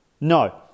No